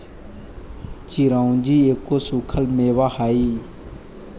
चिरौंजी एगो सूखल मेवा हई